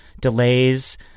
delays